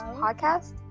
podcast